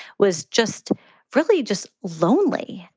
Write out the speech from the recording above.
was just really just lonely,